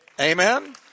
Amen